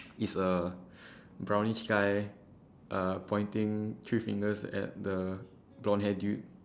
is a brownish guy uh pointing three fingers at the blonde hair dude